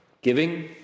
Giving